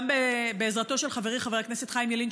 גם בעזרתו של חברי חבר הכנסת חיים ילין,